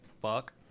fuck